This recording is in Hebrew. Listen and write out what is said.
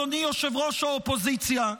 אדוני יושב-ראש הקואליציה,